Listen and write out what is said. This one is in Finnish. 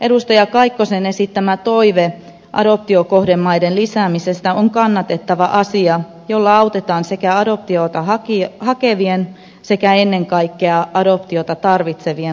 edustaja kaikkosen esittämä toive adoptiokohdemaiden lisäämisestä on kannatettava asia jolla autetaan sekä adoptiota hakevien sekä ennen kaikkea adoptiota tarvitsevien lasten asemaa